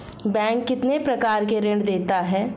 Bank कितने प्रकार के ऋण देता है?